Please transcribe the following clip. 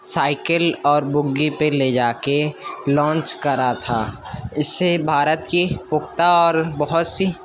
cycle اور بگی پہ لے جا کے لانچ کرا تھا اس سے بھارت کی پختہ اور بہت سی